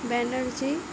Banerjee